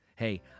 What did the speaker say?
Hey